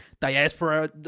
diaspora